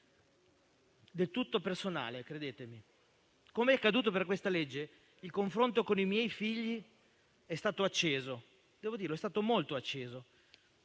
del tutto personale, credetemi. Come è accaduto per questa legge, il confronto con i miei figli è stato acceso - devo ammetterlo, molto acceso